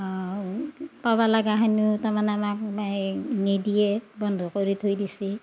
পাব লগাখিনিও তাৰমানে আমাক সেই নিদিয়ে বন্ধ কৰি থৈ দিছে